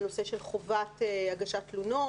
הנושא של חובת הגשת תלונות,